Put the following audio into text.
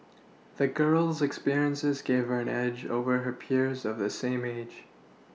the girl's experiences gave her an edge over her peers of the same age